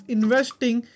Investing